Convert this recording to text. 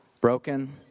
broken